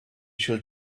should